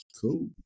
cool